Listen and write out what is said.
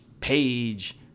page